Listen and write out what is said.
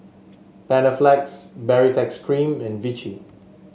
Panaflex Baritex Cream and Vichy